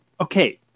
okay